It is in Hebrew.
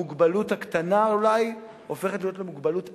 המוגבלות הקטנה אולי הופכת להיות מוגבלות ענקית.